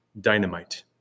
dynamite